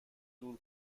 دور